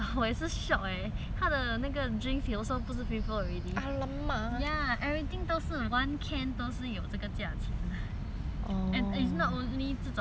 drinks 也是 also 不是 free flow already ya everything 都是 one can 都是有这个价钱 and it's not only 这种 B_B_Q restaurants I think everything